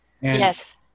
yes